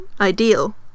ideal